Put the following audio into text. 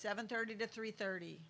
seven thirty to three thirty